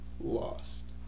lost